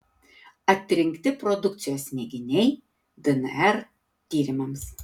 atrinkti produkcijos mėginiai dnr tyrimams